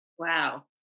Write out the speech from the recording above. Wow